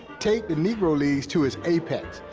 take the negro leagues to its apex,